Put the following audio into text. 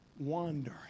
wandering